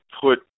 put –